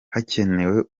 hakenewe